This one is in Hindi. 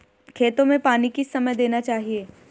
खेतों में पानी किस समय देना चाहिए?